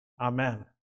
Amen